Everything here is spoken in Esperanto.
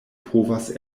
povas